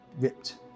ripped